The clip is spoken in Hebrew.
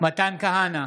מתן כהנא,